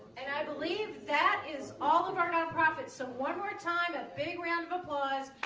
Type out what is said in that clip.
and i believe that is all of our nonprofits so one more time a big round of applause